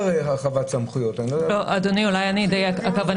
הרחבת סמכויות זה חוק אחר.